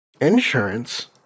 Insurance